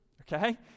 okay